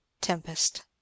Tempest